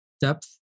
depth